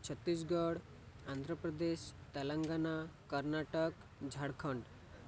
Chhattisgarh Andhra Pradesh Telangana Karnataka Jharkhand